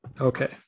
Okay